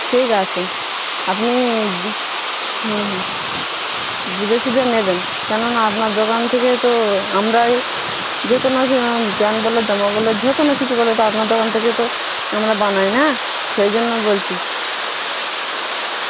ঠিক আছে আপনি হুম হুম বুঝে সুঝে নেবেন কেননা আপনার দোকান থেকে তো আমরাই যে কোনো কিছু প্যান্ট বলো জামা বলো ঝে কোনো কিছু বলো তা আপনার দোকান থেকেই তো আমরা বানাই না সেই জন্য বলছি